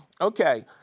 Okay